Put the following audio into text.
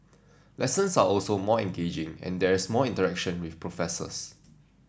lessons are also more engaging and there's more interaction with professors